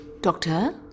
Doctor